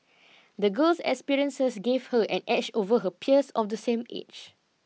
the girl's experiences gave her an edge over her peers of the same age